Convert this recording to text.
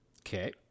Okay